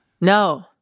No